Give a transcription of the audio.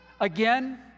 Again